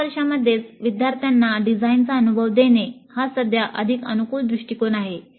पहिल्या वर्षामध्येच विद्यार्थ्यांना डिझाइनचा अनुभव देणे हा सध्या अधिक अनुकूल दृष्टिकोन आहे